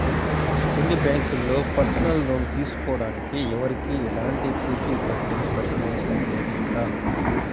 కొన్ని బ్యాంకుల్లో personal loan తీసుకోడానికి ఎవరికీ ఎలాంటి పూచీకత్తుని పెట్టనవసరం లేదంట